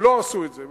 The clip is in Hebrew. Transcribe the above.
לא עשו את זה.